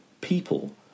people